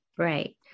Right